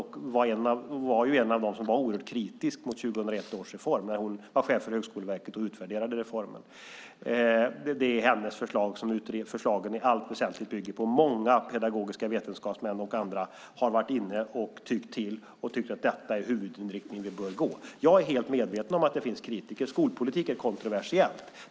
Hon var en av dem som var oerhört kritiska mot 2001 års reform när hon var chef för Högskoleverket och utvärderade reformen. Det är hennes förslag som förslagen i allt väsentligt bygger på. Många pedagogiska vetenskapsmän och andra har varit inne och tyckt till och tyckt att detta är den huvudinriktning vi bör ha. Jag är helt medveten om att det finns kritiker. Skolpolitik är kontroversiell.